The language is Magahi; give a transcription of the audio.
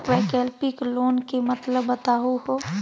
वैकल्पिक लोन के मतलब बताहु हो?